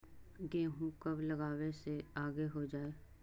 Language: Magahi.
गेहूं कब लगावे से आगे हो जाई?